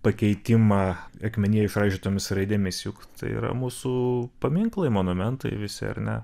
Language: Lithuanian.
pakeitimą akmenyje išraižytomis raidėmis juk tai yra mūsų paminklai monumentai visi ar ne